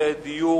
הצבעתי.